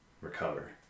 recover